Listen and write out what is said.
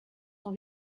son